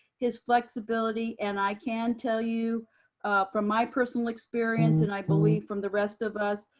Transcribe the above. his flexibility. and i can tell you from my personal experience and i believe from the rest of us,